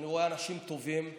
אני רואה אנשים טובים.